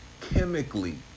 chemically